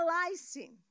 analyzing